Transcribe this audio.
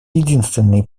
единственный